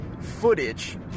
footage